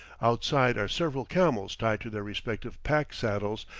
outside are several camels tied to their respective pack-saddles,